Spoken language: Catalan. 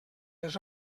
les